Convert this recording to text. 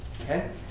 Okay